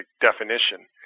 definition